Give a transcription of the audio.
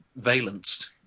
valenced